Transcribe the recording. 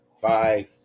five